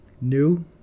new